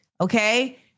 okay